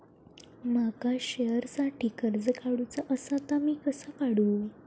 माका शेअरसाठी कर्ज काढूचा असा ता मी कसा काढू?